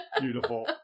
Beautiful